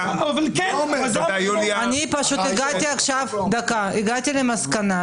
הגעתי למסקנה,